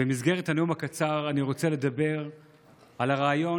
במסגרת הנאום הקצר אני רוצה לדבר על הריאיון